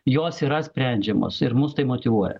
jos yra sprendžiamos ir mus tai motyvuoja